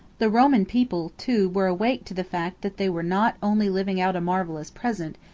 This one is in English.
the roman people, too, were awake to the fact that they were not only living out a marvelous present,